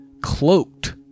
cloaked